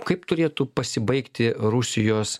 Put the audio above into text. kaip turėtų pasibaigti rusijos